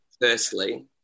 firstly